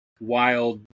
wild